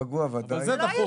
אבל זה דחוף.